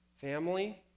family